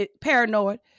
paranoid